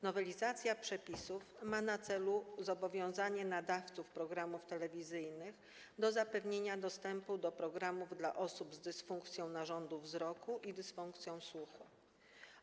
Nowelizacja przepisów ma na celu zobowiązanie nadawców programów telewizyjnych do zapewnienia dostępu do programów dla osób z dysfunkcją narządu wzroku i dysfunkcją słuchu.